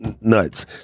nuts